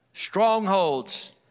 strongholds